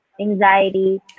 anxiety